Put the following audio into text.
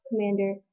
commander